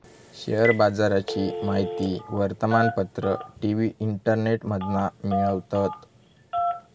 share बाजाराची माहिती वर्तमानपत्र, टी.वी, इंटरनेटमधना मिळवतत